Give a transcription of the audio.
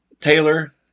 Taylor